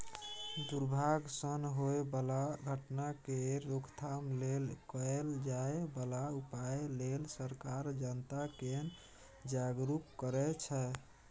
दुर्भाग सँ होए बला घटना केर रोकथाम लेल कएल जाए बला उपाए लेल सरकार जनता केँ जागरुक करै छै